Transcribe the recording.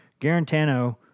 Garantano